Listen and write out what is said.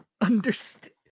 understand